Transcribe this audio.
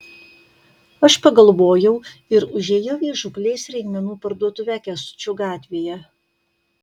aš pagalvojau ir užėjau į žūklės reikmenų parduotuvę kęstučio gatvėje